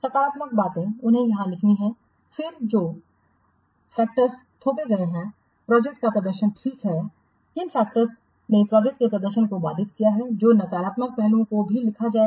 सकारात्मक बातें उन्हें यहां लिखनी हैं फिर जो फैक्टर्स थोपे गए हैं प्रोजेक्टका प्रदर्शन ठीक है किन फैक्टर्स ने प्रोजेक्टके प्रदर्शन को बाधित किया है जो नकारात्मक पहलुओं को भी लिखा जाएगा